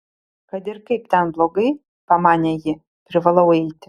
kad ir kaip ten blogai pamanė ji privalau eiti